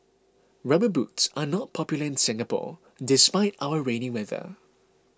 rubber boots are not popular in Singapore despite our rainy weather